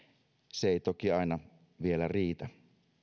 se ei toki aina vielä riitä